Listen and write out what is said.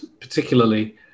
particularly